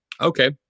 Okay